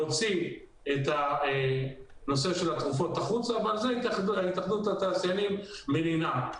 להוציא את הנושא של התרופות החוצה ועל זה התאחדות התעשיינים מלינה.